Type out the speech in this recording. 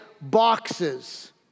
boxes